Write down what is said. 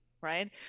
right